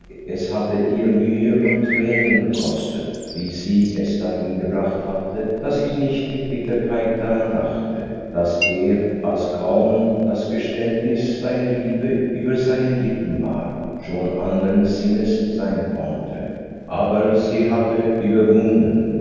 es hatte ihr mühe und tränen gekostet bis sie es dahin gebracht hatte daß sie nicht mit bitterkeit daran dachte daß er als kaum das geständnis seiner liebe über seinen lippen war schon andern sinnes sein konnte aber sie hatte überwunden